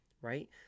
right